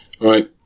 Right